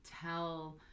tell